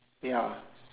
ya